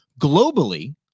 Globally